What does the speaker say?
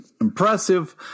impressive